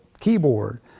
keyboard